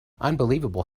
unbelievable